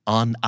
on